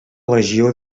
legió